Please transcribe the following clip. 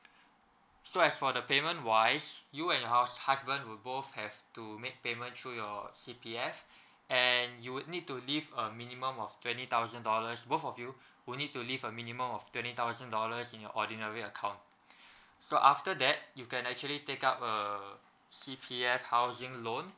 so as for the payment wise you and your hous~ husband will both have to make payment through your C_P_F and you would need to leave a minimum of twenty thousand dollars both of you would need to leave a minimum of twenty thousand dollars in your ordinary account so after that you can actually take up uh C_P_F housing loan